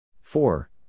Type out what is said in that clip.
four